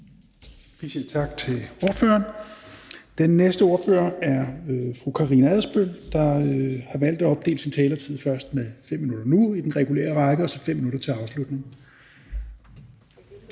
siger tak til ordføreren. Den næste ordfører er fru Karina Adsbøll, der har valgt at opdele sin taletid med først 5 minutter nu i den regulære række og så 5 minutter til afslutning.